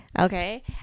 okay